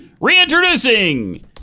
Reintroducing